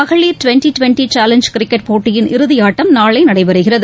மகளிர் twenty twenty challenge cricket போட்டியின் இறுதியாட்டம் நாளைநடைபெறுகிறது